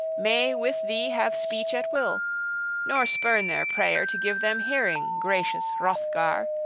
may with thee have speech at will nor spurn their prayer to give them hearing, gracious hrothgar!